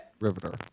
Riveter